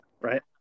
right